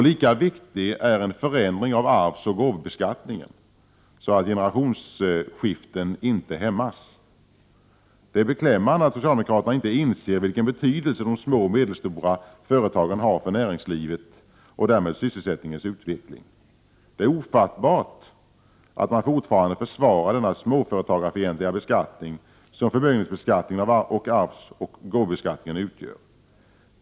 Lika viktig är en förändring av arvsoch gåvobeskattningen så att generationsskiften inte hämmas. Det är beklämmande att socialdemokraterna inte inser vilken betydelse de små och medelstora företagen har för näringslivets och därmed sysselsättningens utveckling. Det är ofattbart att man fortfarande försvarar denna småföretagarfientliga beskattning, som förmögenhetsbeskattningen och arvsoch gåvobeskattningen utgör.